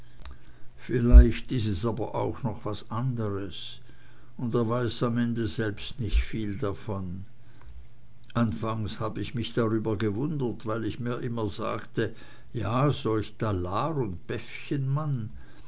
vielleicht is es aber auch noch was andres und er weiß am ende selber nicht viel davon anfangs hab ich mich darüber gewundert weil ich mir immer sagte ja solch talar und beffchenmann